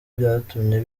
byatumye